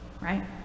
right